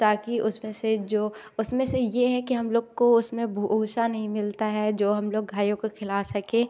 ताकि उसमें से जो उसमें से ये है कि हम लोग को उसमें भूसा नहीं मिलता है जो हम लोग गायों को खिला सकें